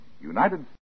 United